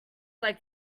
make